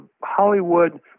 Hollywood